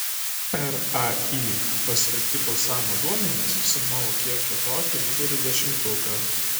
rai paskelbti balsavimo duomenys suformavo kiek kitokį lyderių dešimtuką